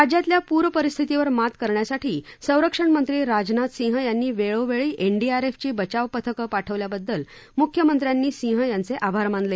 राज्यातल्या प्र परिस्थितीवर मात करण्यासाठी संरक्षणमंत्री राजनाथ सिंह यांनी वेळोवेळी एनडीआरएफची बचाव पथकं पाठवल्याबद्दल मुख्यमंत्र्यांनी सिंह यांचे आभार मानले